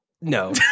No